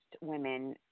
women